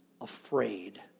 afraid